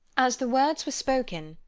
as the words were spoken,